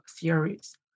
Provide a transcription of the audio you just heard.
theories